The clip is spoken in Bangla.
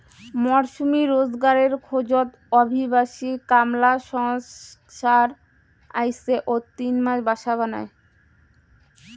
মরসুমী রোজগারের খোঁজত অভিবাসী কামলা সংসার আইসে ও তিন মাস বাসা বানায়